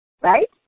right